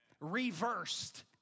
reversed